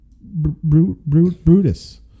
Brutus